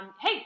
hey